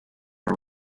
are